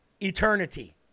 Eternity